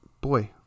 boy